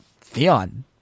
Theon